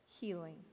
healing